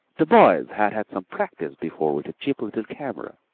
the boys had had some practice before with a cheap little camera,